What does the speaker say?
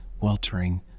weltering